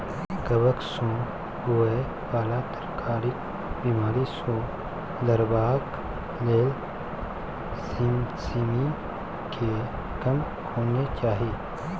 कवक सँ होए बला तरकारीक बिमारी सँ लड़बाक लेल सिमसिमीकेँ कम केनाय चाही